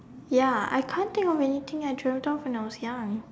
ya I can't think of anything I dreamed of when I was young